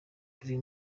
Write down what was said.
buri